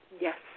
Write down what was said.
Yes